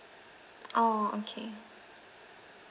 orh okay